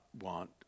want